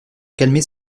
calmer